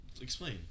Explain